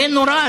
זה נורא.